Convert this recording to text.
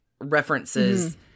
references